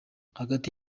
hagati